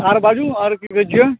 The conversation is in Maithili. आर बाजू आर की बजै छियै